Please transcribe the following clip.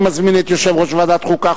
אני מזמין את יושב-ראש ועדת החוקה,